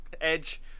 edge